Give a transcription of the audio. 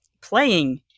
playing